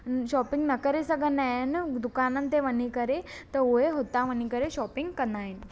shopping न करे सघंदा आहिनि दुकाननि ते वञी करे त हुऐ हुता वञी करे शॉपिंग कंदा आहिनि